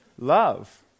love